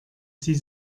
sie